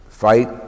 Fight